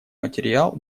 материал